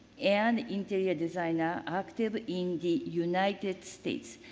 and interior designers active in the united states.